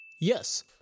Yes